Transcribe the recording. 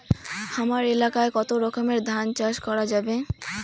হামার এলাকায় কতো রকমের ধান চাষ করা যাবে?